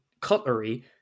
cutlery